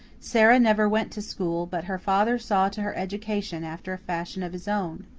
sara never went to school, but her father saw to her education after a fashion of his own.